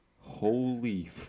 holy